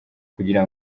kugira